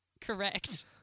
correct